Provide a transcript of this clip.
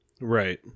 Right